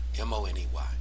M-O-N-E-Y